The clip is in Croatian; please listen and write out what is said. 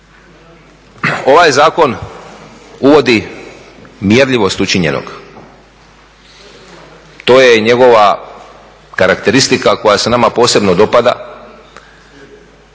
Ovaj zakon uvodi mjerljivost učinjenog. To je njegova karakteristika koja se nama posebno dopada